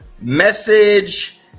Message